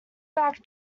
back